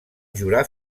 jurar